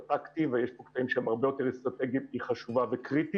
טקטי ויש פה קטעים שהם הרבה יותר אסטרטגיים היא חשובה וקריטית.